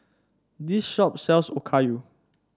this shop sells Okayu